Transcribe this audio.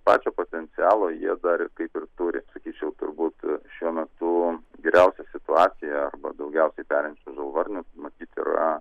pačio potencialo jie dar ir kaip ir turi sakyčiau turbūt šiuo metu geriausia situacija arba daugiausiai perinčių žalvarnių matyt yra